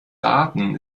daten